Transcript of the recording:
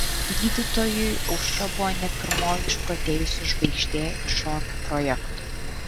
gydytojui aušra buvo ne pirmoji išprotėjusi žvaigždė iš šokių projekto